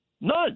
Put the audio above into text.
None